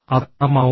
അത് പണമാണോ